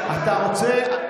אתה רוצה?